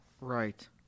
Right